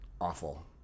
awful